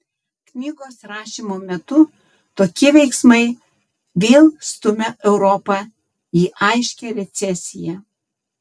knygos rašymo metu tokie veiksmai vėl stumia europą į aiškią recesiją